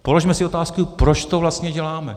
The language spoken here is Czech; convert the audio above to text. Položme si otázku proč to vlastně děláme?